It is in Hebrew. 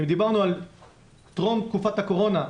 אם דיברנו על טרום תקופת הקורונה,